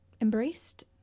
embraced